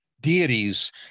deities